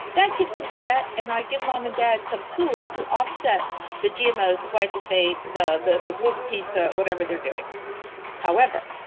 that kid can do that and i give mom and dad some tools to offset the gmos, the glyphosate, the the gluten pizza, whatever they're doing however,